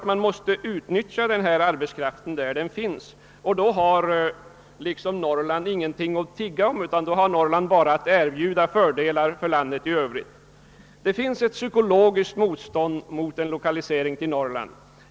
Man måste utnyttja arbetskraften där den finns. Mot denna bakgrund har Norrland inte heller någon anledning att tigga utan har bara fördelar att erbjuda landet i övrigt. Det föreligger ett psykologiskt motstånd mot lokalisering till Norrland.